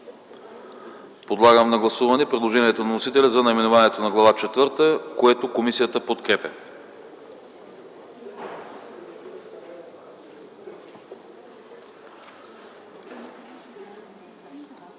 Подлагам на гласуване предложението на вносителя за наименованието на Глава трета, което комисията подкрепя.